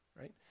right